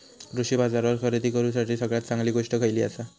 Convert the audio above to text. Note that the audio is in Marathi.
कृषी बाजारावर खरेदी करूसाठी सगळ्यात चांगली गोष्ट खैयली आसा?